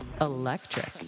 Electric